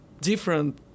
different